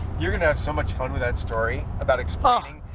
you're gonna have so much fun with that story, about explaining,